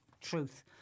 Truth